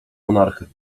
monarchy